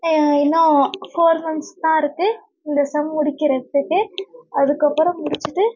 இன்னும் four months தான் இருக்குது இந்த செம் முடிக்கிறதுக்கு அதுக்கப்புறம் முடிச்சுட்டு